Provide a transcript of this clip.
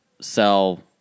sell